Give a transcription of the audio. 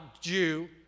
Jew